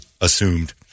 assumed